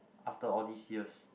after all these years